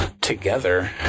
together